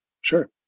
Sure